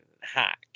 hack